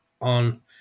on